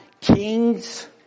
kings